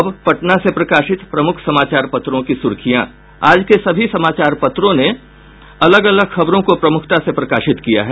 अब पटना से प्रकाशित प्रमुख समाचार पत्रों की सुर्खियां आज के सभी समाचार पत्रों ने अलग अलग खबरों को प्रमुखता से प्रकाशित किया है